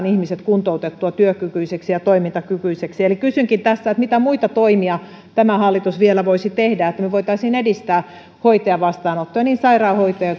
ihmiset kuntoutettua työkykyisiksi ja toimintakykyisiksi eli kysynkin tässä mitä muita toimia tämä hallitus vielä voisi tehdä että me voisimme edistää hoitajavastaanottoja niin sairaanhoitajien